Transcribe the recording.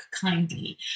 kindly